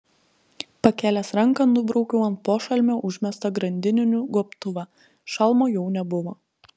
pakėlęs ranką nubraukiau ant pošalmio užmestą grandininių gobtuvą šalmo jau nebuvo